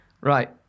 right